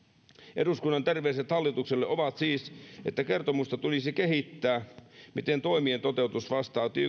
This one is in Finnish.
eduskunnan terveiset hallitukselle ovat siis että kertomusta tulisi kehittää siltä osin miten toimien toteutus vastaa